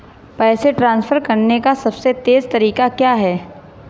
पैसे ट्रांसफर करने का सबसे तेज़ तरीका क्या है?